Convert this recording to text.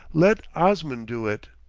let osman do it.